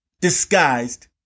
disguised